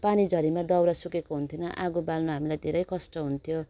पानी झरीमा दाउरा सुकेको हुन्थिएन आगो बाल्नु हामीलाई धेरै कष्ट हुन्थ्यो